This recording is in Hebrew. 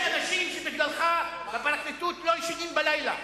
יש בפרקליטות אנשים שבגללך לא ישנים בלילה.